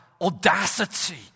Audacity